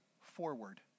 forward